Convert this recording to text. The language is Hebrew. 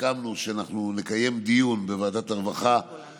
סיכמנו שאנחנו נקיים דיון בוועדת הרווחה